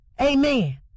Amen